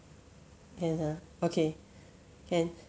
can ha okay can